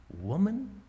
woman